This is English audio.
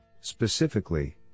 Specifically